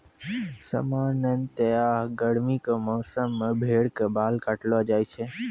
सामान्यतया गर्मी के मौसम मॅ भेड़ के बाल काटलो जाय छै